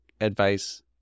advice